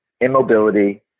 immobility